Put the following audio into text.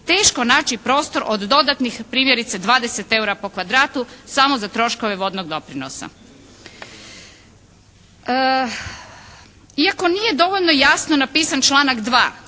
teško naći prostor od dodatnih primjerice 20 eura po kvadratu samo za troškove vodnog doprinosa. Iako nije dovoljno jasno napisan članak 2.